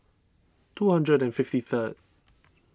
two hundred and fifty third